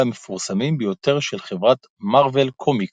המפורסמים ביותר של חברת מארוול קומיקס,